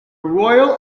royal